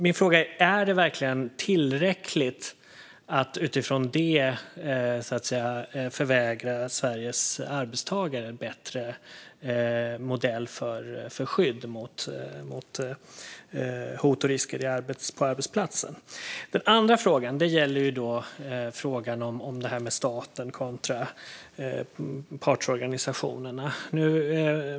Min fråga är: Är detta verkligen ett tillräckligt skäl att förvägra Sveriges arbetstagare en bättre modell för skydd mot hot och risker på arbetsplatsen? Den andra frågan handlar om staten kontra partsorganisationerna.